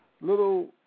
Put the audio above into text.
little